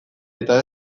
eta